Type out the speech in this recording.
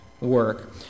work